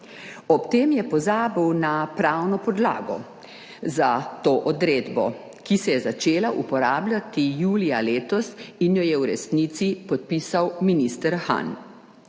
Ob tem je pozabil na pravno podlago za to odredbo, ki se je začela uporabljati julija letos in jo je v resnici podpisal minister Han.